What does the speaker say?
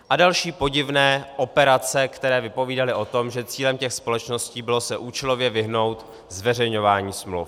A další podivné operace, které vypovídaly o tom, že cílem těch společností bylo účelově se vyhnout zveřejňování smluv.